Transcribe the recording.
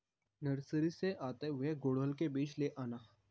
nursery से आते हुए गुड़हल के बीज ले आना